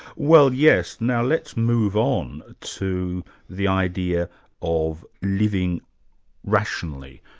well yes. now let's move on to the idea of living rationally,